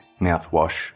mouthwash